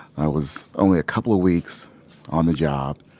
i was only a couple of weeks on the job,